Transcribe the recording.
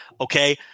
okay